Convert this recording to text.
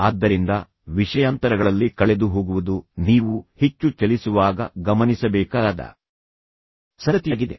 ಆದ್ದರಿಂದ ವಿಷಯಾಂತರಗಳಲ್ಲಿ ಕಳೆದುಹೋಗುವುದು ನೀವು ಹೆಚ್ಚು ಚಲಿಸುವಾಗ ಗಮನಿಸಬೇಕಾದ ಸಂಗತಿಯಾಗಿದೆ